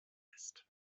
ist